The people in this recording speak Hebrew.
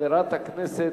חוק ומשפט.